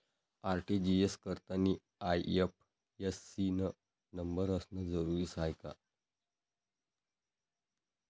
RTGS करतांनी IFSC न number असनं जरुरीच हाय का?